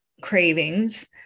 cravings